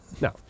No